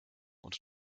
und